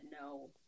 no